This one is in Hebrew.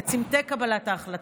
בצומתי קבלת ההחלטות,